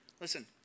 Listen